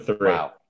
Wow